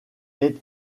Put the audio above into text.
est